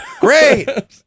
Great